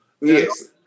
Yes